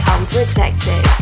Unprotected